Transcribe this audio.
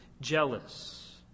jealous